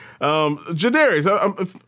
Jadarius